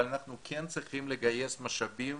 אבל אנחנו כן צריכים לגייס משאבים